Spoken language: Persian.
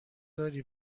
داری